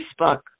Facebook